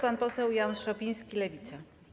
Pan poseł Jan Szopiński, Lewica.